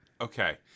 Okay